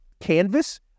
canvas